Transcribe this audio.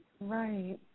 Right